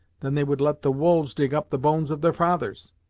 than they would let the wolves dig up the bones of their fathers!